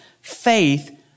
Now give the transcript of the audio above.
Faith